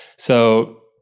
so,